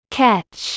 catch